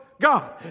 God